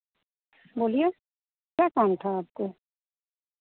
बोलिए क्या काम था आपको